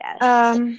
Yes